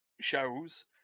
shows